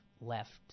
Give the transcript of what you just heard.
left